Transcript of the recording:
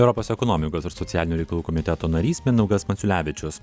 europos ekonomikos ir socialinių reikalų komiteto narys mindaugas maciulevičius